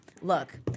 look